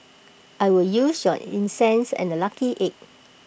I will use your incense and A lucky egg